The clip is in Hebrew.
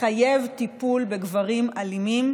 לחייב טיפול בגברים אלימים.